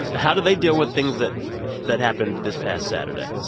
how do they deal with things that that happened this past saturday?